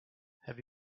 have